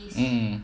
mm